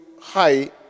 high